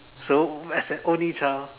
so as an only child